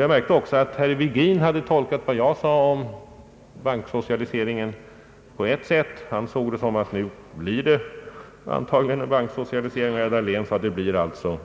Jag märkte också att herr Virgin hade tolkat vad jag sade om banksocialiseringen på det sättet att det såg ut som om det skulle bli en banksocialisering medan herr Dahlén sade